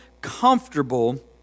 comfortable